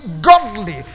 godly